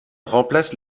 remplace